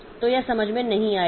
तो यह समझ में नहीं आएगा